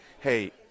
hey